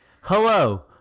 Hello